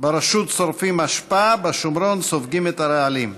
ברשות שורפים אשפה, בשומרון סופגים את הרעלים.